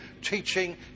teaching